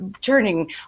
turning